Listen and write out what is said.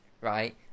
right